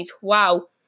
wow